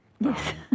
Yes